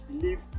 believe